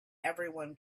everyone